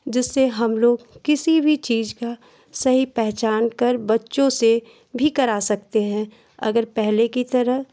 जिससे हम लोग किसी भी चीज का सही पहचान कर बच्चों से भी करा सकते हैं अगर पहले की तरह